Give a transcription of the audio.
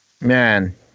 man